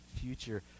future